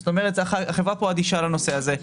זאת אומרת, החברה כאן אדישה לנושא הזה.